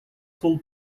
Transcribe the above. full